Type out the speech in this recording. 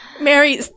Mary